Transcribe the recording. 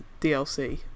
DLC